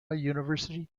university